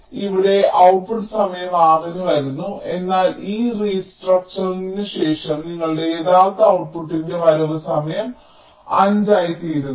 അതിനാൽ ഇവിടെ ഔട്ട്പുട്ട് സമയം 6 ന് വരുന്നു എന്നാൽ ഈ റീസ്ട്രക്ച്ചറിങ് ശേഷം നിങ്ങളുടെ യഥാർത്ഥ ഔട്ട്പുട്ട്ടിന്റെ വരവ് സമയം 5 ആയിത്തീരുന്നു